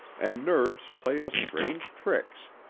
and nerves play us strange tricks.